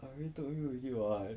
I already told you already [what]